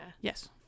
Yes